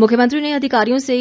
मुख्यमंत्री ने अधिकारियों से